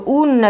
un